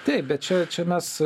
taip bet čia čia mes